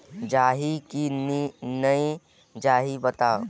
जाही की नइ जाही बताव?